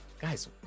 guys